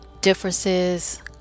differences